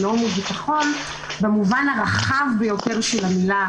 שלום וביטחון במובן הרחב ביותר של המילה,